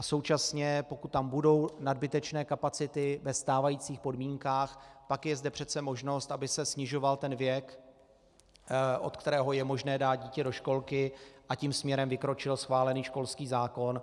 Současně, pokud tam budou nadbytečné kapacity ve stávajících podmínkách, pak je zde přece možnost, aby se snižoval věk, od kterého je možné dát dítě do školky, a tím směrem vykročil schválený školský zákon.